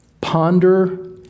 ponder